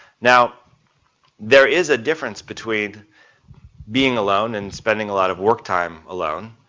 now there is a difference between being alone and spending a lot of work time alone.